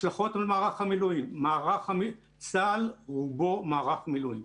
השלכות על מערך המילואים צה"ל רובו מערך מילואים,